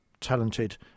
talented